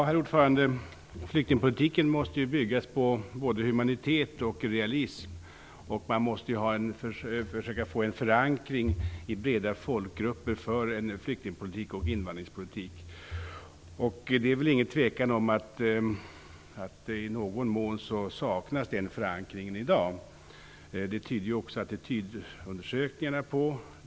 Herr talman! Flyktingpolitiken måste bygga på både humanitet och realism. Man måste försöka få en förankring i breda folkgrupper för flykting och invandringpolitiken. Det är väl ingen tvekan om att den förankringen i någon mån saknas i dag. Det tyder också attitydundersökningarna på.